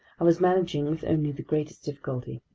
i was managing with only the greatest difficulty.